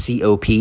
COP